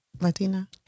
Latina